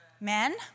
Men